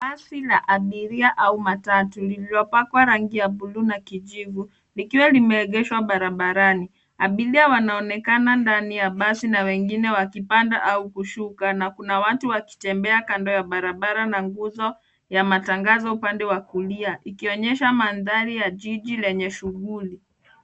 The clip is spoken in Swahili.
Basi la abiria au matatu,, lilopakwa rangi ya bluu na kijivu, likiwa lime egeshwa barabarani. Abiria wanaonekana ndani ya basi na wengine wakipanda au kushuka na kuna watu wakitembea kando ya barabara na nguzo ya matangazo upande wa kulia, ikionyesha madhari ya jiji yenye shughuli.